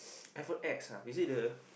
iPhone X ah is it the